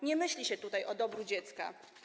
Nie myśli się tutaj o dobru dziecka.